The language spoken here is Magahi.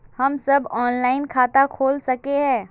हम सब ऑनलाइन खाता खोल सके है?